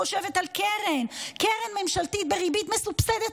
חושבת על קרן ממשלתית בריבית מסובסדת,